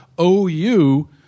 OU